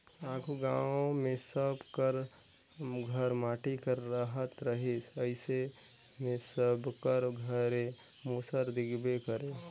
आघु गाँव मे सब कर घर माटी कर रहत रहिस अइसे मे सबकर घरे मूसर दिखबे करे